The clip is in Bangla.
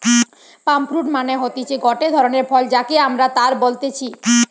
পাম ফ্রুইট মানে হতিছে গটে ধরণের ফল যাকে আমরা তাল বলতেছি